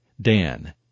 Dan